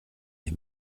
les